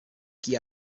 qui